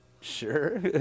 Sure